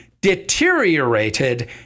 deteriorated